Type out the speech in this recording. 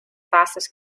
fastest